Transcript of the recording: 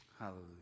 Hallelujah